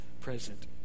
present